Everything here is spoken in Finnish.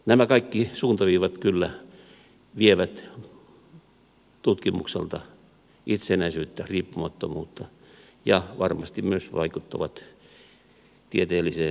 nämä kaikki suuntaviivat kyllä vievät tutkimukselta itsenäisyyttä riippumattomuutta ja varmasti myös vaikuttavat tieteelliseen sisältöön